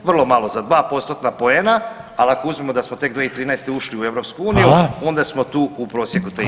Vrlo malo za 2 postotna poena, ali ako uzmemo da smo tek 2013. ušli u EU [[Upadica: Hvala.]] onda smo tu u prosjeku